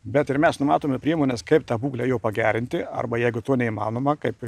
bet ir mes numatome priemones kaip tą būklę jo pagerinti arba jeigu to neįmanoma kaip